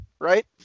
Right